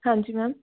ਹਾਂਜੀ ਮੈਮ